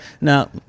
now